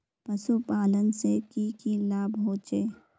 पशुपालन से की की लाभ होचे?